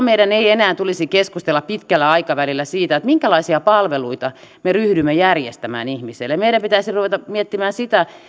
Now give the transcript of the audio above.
meidän ei tulisi keskustella pitkällä aikavälillä siitä minkälaisia palveluita me ryhdymme järjestämään ihmiselle meidän pitäisi ruveta miettimään sitä